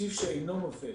תקציב שאינו נופל